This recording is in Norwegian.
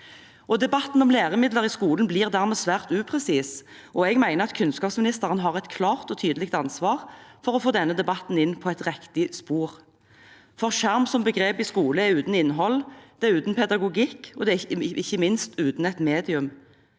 Debatten om læremidler i skolen blir dermed svært upresis, og jeg mener at kunnskapsministeren har et klart og tydelig ansvar for å få denne debatten inn på riktig spor. Skjerm som begrep i skole er uten innhold, uten pedagogikk og ikke minst uten et medium.